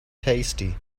tasty